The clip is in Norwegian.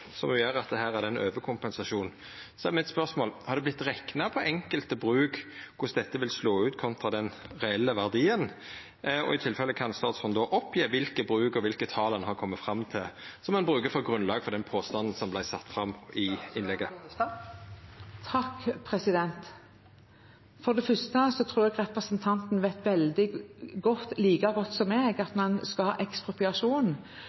som ho gjer, at det er ein overkompensasjon, er mitt spørsmål: Har det vorte rekna på enkelte bruk korleis dette vil slå ut kontra den reelle verdien? Og kan statsråden då, i så fall, oppgje kva for bruk og kva for tal ein har kome fram til, som ein bruker som grunnlag for den påstanden som vart sett fram i innlegget? For det første tror jeg representanten vet veldig godt, like godt som